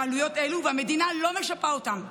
והמדינה לא משפה אותם.